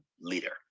leader